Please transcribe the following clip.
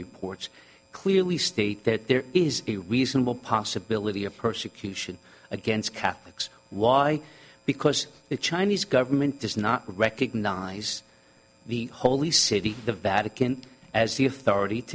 reports clearly state that there is a reasonable possibility of persecution against catholics why because the chinese government does not recognize the holy city the vatican as